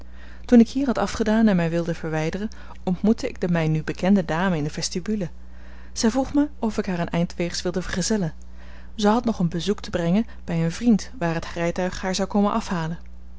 toen ik hier had afgedaan en mij wilde verwijderen ontmoette ik de mij nu bekende dame in de vestibule zij vroeg mij of ik haar een eind weegs wilde vergezellen zij had nog een bezoek te brengen bij een vriend waar het rijtuig haar zou komen afhalen